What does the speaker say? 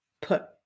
put